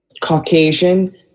Caucasian